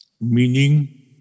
Meaning